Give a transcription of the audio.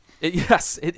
Yes